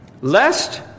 Lest